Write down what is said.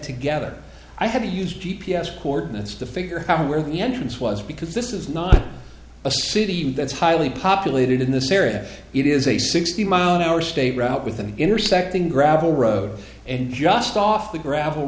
together i have used g p s coordinates to figure out where the entrance was because this is not a city that's highly populated in this area it is a sixty mile an hour state route with an intersecting gravel road and just off the gravel